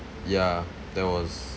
yeah that was